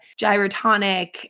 gyrotonic